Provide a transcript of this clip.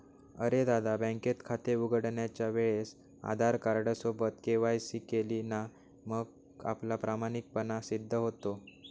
अरे दादा, बँकेत खाते उघडण्याच्या वेळेस आधार कार्ड सोबत के.वाय.सी केली ना मग आपला प्रामाणिकपणा सिद्ध होतो